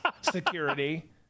Security